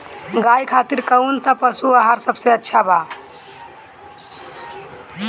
गाय खातिर कउन सा पशु आहार सबसे अच्छा बा?